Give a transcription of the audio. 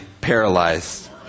paralyzed